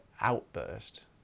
outburst